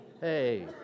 hey